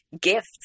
gifts